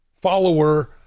follower